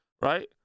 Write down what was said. right